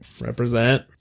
Represent